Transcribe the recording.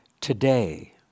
today